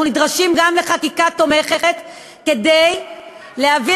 אנחנו נדרשים גם לחקיקה תומכת כדי להביא